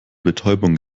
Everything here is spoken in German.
betäubung